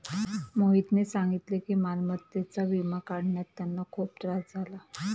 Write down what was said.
मोहितने सांगितले की मालमत्तेचा विमा काढण्यात त्यांना खूप त्रास झाला